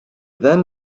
then